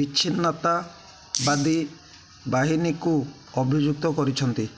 ବିଚ୍ଛିନ୍ନତାବାଦୀ ବାହିନୀକୁ ଅଭିଯୁକ୍ତ କରିଛନ୍ତି